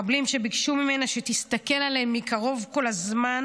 מחבלים שביקשו ממנה שתסתכל עליהם מקרוב כל הזמן